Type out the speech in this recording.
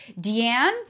Deanne